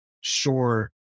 sure